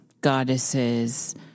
goddesses